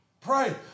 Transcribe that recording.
Pray